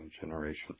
generation